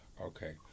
okay